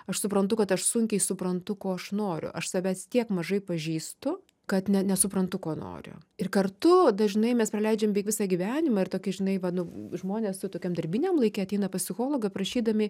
aš suprantu kad aš sunkiai suprantu ko aš noriu aš savęs tiek mažai pažįstu kad ne nesuprantu ko noriu ir kartu dažnai mes praleidžiam beveik visą gyvenimą ir tokį žinai va nu žmonės su tokiom darbiniam laike ateina pas psichologą prašydami